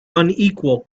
unequal